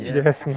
yes